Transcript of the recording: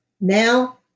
now